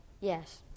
yes